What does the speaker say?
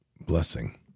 blessing